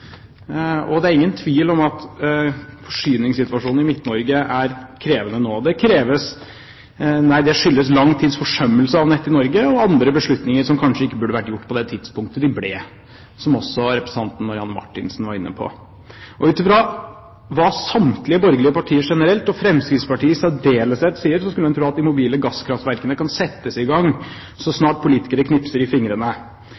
Det er ingen tvil om at forsyningssituasjonen i Midt-Norge er krevende nå. Det skyldes lang tids forsømmelse av nett i Norge, og andre beslutninger som kanskje ikke burde vært gjort på det tidspunktet de ble gjort, som også representanten Marianne Marthinsen var inne på. Ut fra hva samtlige borgerlige partier generelt, og Fremskrittspartiet i særdeleshet, sier, skulle man tro at de mobile gasskraftverkene kan settes i gang så